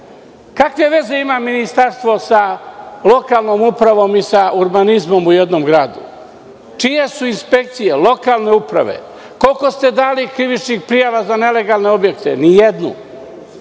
Kakve veze ima Ministarstvo sa lokalnom upravom i urbanizmom u jednom gradu. Čije su inspekcije? Lokalne samouprave. Koliko ste dali krivičnih prijava za nelegalne objekte? Nijednu.